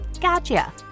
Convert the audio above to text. gotcha